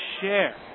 share